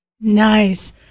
Nice